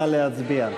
נא להצביע.